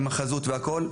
עם חזות והכל,